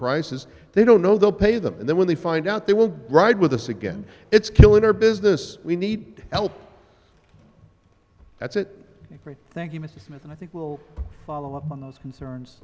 prices they don't know they'll pay them and then when they find out they won't ride with us again it's killing our business we need help that's it thank you mr smith and i think we'll follow up on those concerns